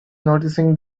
noticing